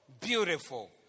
beautiful